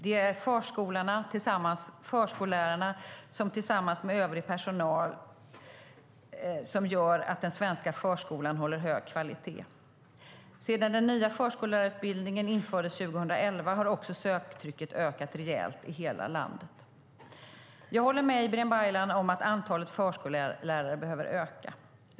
Det är förskollärarna, tillsammans med övrig personal, som gör att den svenska förskolan håller hög kvalitet. Sedan den nya förskollärarutbildningen infördes 2011 har också söktrycket ökat rejält i hela landet. Jag håller med Ibrahim Baylan om att antalet förskollärare behöver öka.